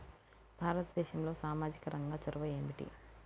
భారతదేశంలో సామాజిక రంగ చొరవ ఏమిటి?